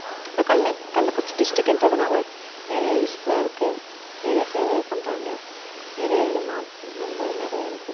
இப்போ கள்ள கள்ளக்குறிச்சி டிஸ்ட்ரிக்ன்றதுனால நிறையா யூஸ் ஃபுல்லாக இருக்கு நிறைய சேவைகள் பண்ணுறாங்க நிறைய இது மாற்றங்கள் அதுமாதிரி நிறைய இருக்கு